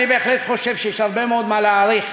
אני בהחלט חושב שיש הרבה מאוד מה להעריך